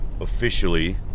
officially